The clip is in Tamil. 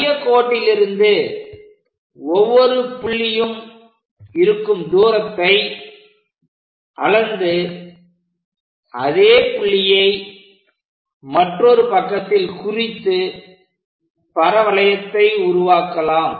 மையக் கோட்டிலிருந்து ஒவ்வொரு புள்ளியும் இருக்கும் தூரத்தை அளந்து அதே புள்ளியை மற்றொரு பக்கத்தில் குறித்து பரவளையத்தை உருவாக்கலாம்